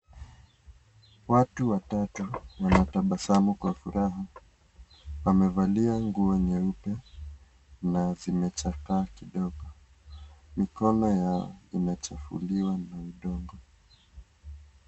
Watu watatu wanatabasamu kwa furaha. Wamevalia nguo nyeupe na zimechakaa kidogo. Mikono yao imechafuliwa na udongo.